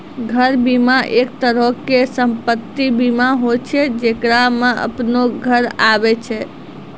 घर बीमा, एक तरहो के सम्पति बीमा होय छै जेकरा मे अपनो घर आबै छै